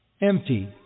empty